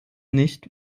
nicht